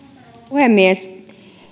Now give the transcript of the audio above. puhemies